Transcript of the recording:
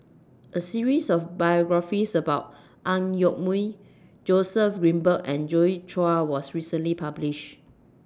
A series of biographies about Ang Yoke Mooi Joseph Grimberg and Joi Chua was recently published